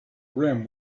rim